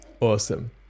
Awesome